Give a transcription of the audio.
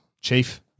Chief